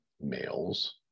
males